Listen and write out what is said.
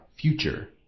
Future